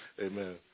amen